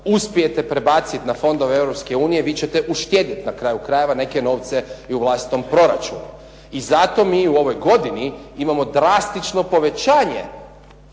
uspijete prebaciti na fondove Europske unije vi ćete uštedjeti na kraju krajeva neke novce i u vlastitom proračunu. I zato mi i u ovoj godini imamo drastično povećanje